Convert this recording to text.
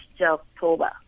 October